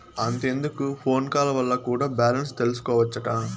అంతెందుకు phone call వల్ల కూడా బాలెన్స్ తెల్సికోవచ్చట